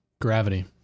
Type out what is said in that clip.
Gravity